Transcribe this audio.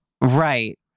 Right